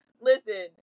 listen